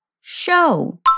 show